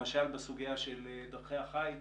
למשל בסוגיה של דרכי החיץ,